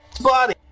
Body